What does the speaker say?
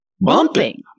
Bumping